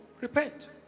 repent